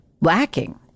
lacking